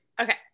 Okay